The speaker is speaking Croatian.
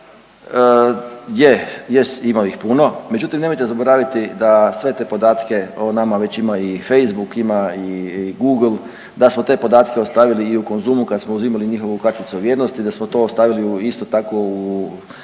ima ih puno, međutim nemojte zaboraviti da sve te podatke o nama već ima i Facebook ima i Google, da smo te podatke ostavili i u Konzumu kad smo uzimali njihovu karticu vjernosti da smo to ostavili isto tako u